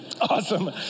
Awesome